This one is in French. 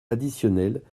additionnel